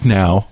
now